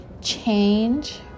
change